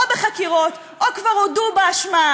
או בחקירות או כבר הודו באשמה,